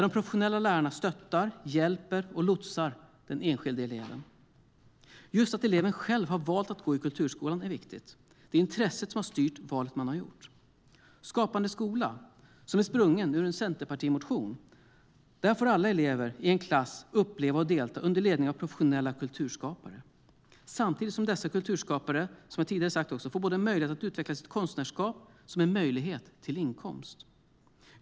De professionella lärarna stöttar, hjälper och lotsar den enskilde eleven. Just att eleven själv har valt att gå i kulturskolan är viktigt. Det är intresset som har styrt valet man har gjort.I Skapande skola, som är sprungen ur en centerpartimotion, får alla elever i en klass uppleva och delta under ledning av professionella kulturskapare. Samtidigt får dessa kulturskapare, som jag tidigare har sagt, både en möjlighet att utveckla sitt konstnärskap och en möjlighet till inkomst.